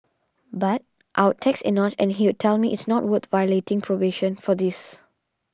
but I'd text Enoch and he'd tell me it is not worth violating probation for this